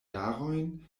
jarojn